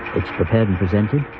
prepared and presented